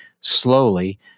slowly